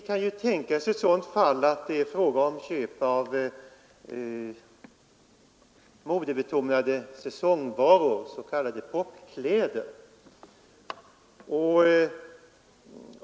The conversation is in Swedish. Det kan tänkas ett sådant fall som att det är fråga om köp av modebetonade säsongvaror, t.ex. s.k. popkläder.